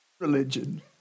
Religion